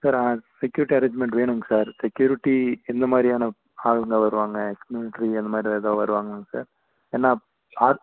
sir security arrangement வேணுங்க sir security எந்த மாதிரியான ஆளுங்கள் வருவாங்க எக்ஸ் மில்ட்ரி அந்த மாதிரி எதாவது வருவாங்களாங்க சார் ஏன்னால் ஆர்ட்